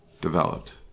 developed